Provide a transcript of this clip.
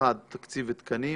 תקציב לתקנים